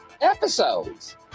episodes